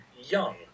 young